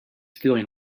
feeling